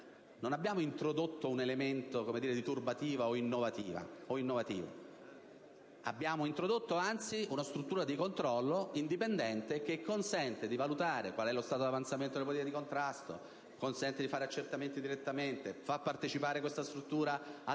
non abbiamo introdotto un elemento turbativo o innovativo. Piuttosto abbiamo introdotto una struttura di controllo indipendente, che consente di valutare lo stato di avanzamento delle politiche di contrasto; consente di fare accertamenti direttamente; partecipa a tutte le